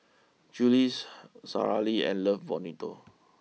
Julie's Sara Lee and love Bonito